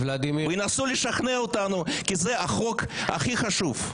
וינסו לשכנע אותנו שזה החוק הכי חשוב.